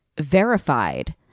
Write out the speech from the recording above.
verified